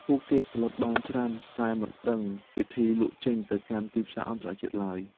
ពួកគេផលិតបានច្រើន តែមិនដឹងវិធីលក់ចេញទៅកាន់ទីផ្សារអន្តរជាតិឡើយ។